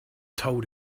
told